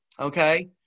okay